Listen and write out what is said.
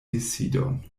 decidon